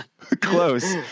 close